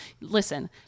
Listen